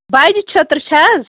بَجہِ چھٔترٕ چھےٚ حظ